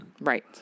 Right